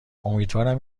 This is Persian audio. امیدوارم